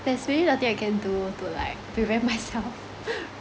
there's really nothing I can do to like prevent myself